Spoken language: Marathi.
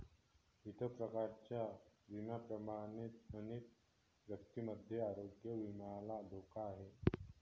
इतर प्रकारच्या विम्यांप्रमाणेच अनेक व्यक्तींमध्ये आरोग्य विम्याला धोका आहे